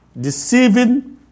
Deceiving